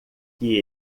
que